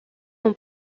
non